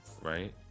right